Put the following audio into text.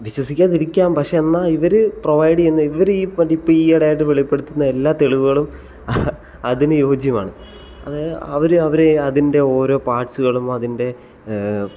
വിശ്വസിക്കാതിരിക്കാം പക്ഷേ എന്നാൽ ഇവർ പ്രൊവൈഡ് ചെയ്യുന്ന ഇവർ ഇപ്പം ഈ ഈയിടെയായിട്ട് വെളിപ്പെടുത്തുന്ന എല്ലാ തെളിവുകളും അതിന് യോജ്യമാണ് അത് അവർ അവർ അതിൻ്റെ ഓരോ പാർട്സുകളും അതിൻ്റെ